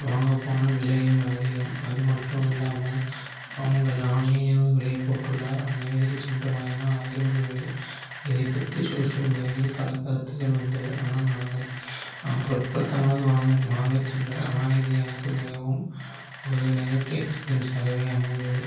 வாங்க போனேன் விலையும் அதிகம் அதுமட்டுமில்லாமல் அவங்கள் ஆன்லைனில் ஒரு விலை போட்டுள்ளார் நேரில் சென்று வாங்கினால் அதில் ஒரு விலை இதைப்பற்றி சோசியல் மீடியாவில் பல கருத்துகள் வந்தது ஆனால் நாங்கள் நான் பொருட்படுத்தாமல் வாங் வாங்க சென்றேன் ஆனால் இது எனக்கு மிகவும் ஒரு நெகட்டிவ் எக்ஸ்பீரியன்ஸாகவே அமைந்தது